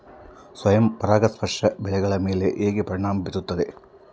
ಸ್ವಯಂ ಪರಾಗಸ್ಪರ್ಶ ಬೆಳೆಗಳ ಮೇಲೆ ಹೇಗೆ ಪರಿಣಾಮ ಬೇರುತ್ತದೆ?